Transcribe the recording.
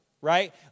right